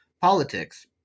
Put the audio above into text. politics